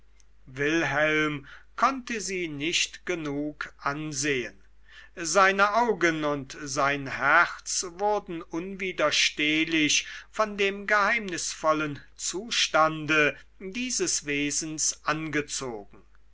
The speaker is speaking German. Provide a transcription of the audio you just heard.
wilhelm konnte sie nicht genug ansehen seine augen und sein herz wurden unwiderstehlich von dem geheimnisvollen zustande dieses wesens angezogen